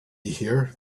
here